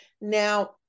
Now